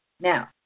Now